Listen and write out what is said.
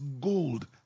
gold